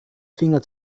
finger